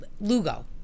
lugo